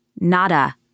Nada